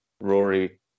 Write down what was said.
Rory